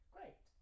Great